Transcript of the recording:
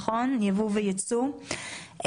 ייבוא וייצוא,